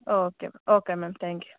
okay ma'am okay ma'am thank you